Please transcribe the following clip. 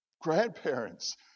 grandparents